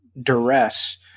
duress